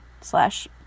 slash